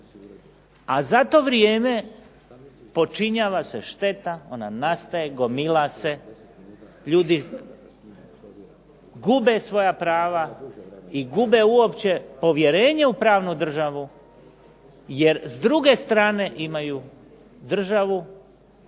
A za to vrijeme počinjava se šteta, ona nastaje, gomila se, ljudi gube svoja prava i gube uopće povjerenje u pravnu državu, jer s druge strane imaju državu